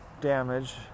damage